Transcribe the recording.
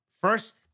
First